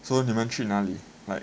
so 你们去那里